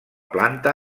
planta